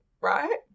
right